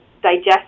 digest